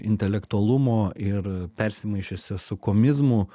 intelektualumo ir persimaišiusio su komizmu